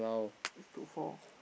is two four